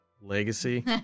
legacy